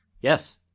Yes